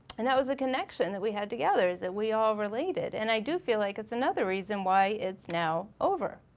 and that was a connection that we had together is that we all related. and i do feel like it's another reason why it's now over.